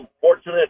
fortunate